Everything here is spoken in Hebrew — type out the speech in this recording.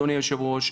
אדוני היושב-ראש,